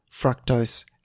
fructose